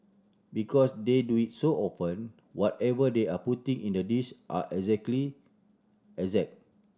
because they do it so often whatever they are putting in the dish are exactly exact